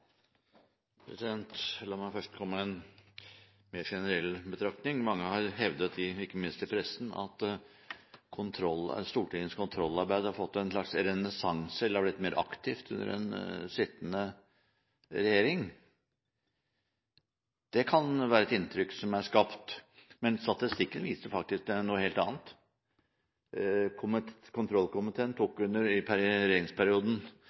La meg først komme med en mer generell betraktning. Mange har hevdet, ikke minst i pressen, at Stortingets kontrollarbeid har fått en slags renessanse eller har blitt mer aktivt under den sittende regjering. Det kan være et inntrykk som er skapt, men statistikken viser noe helt annet.